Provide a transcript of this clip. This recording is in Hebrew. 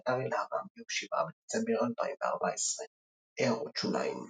באתר אלאהראם מיום 7 בדצמבר 2014 == הערות שוליים ==